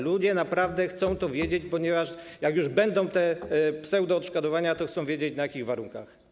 Ludzie naprawdę chcą to wiedzieć, ponieważ jak już będą te pseudoodszkodowania, to chcą wiedzieć na jakiś warunkach.